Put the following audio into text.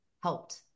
helped